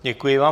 Děkuji vám.